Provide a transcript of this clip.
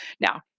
Now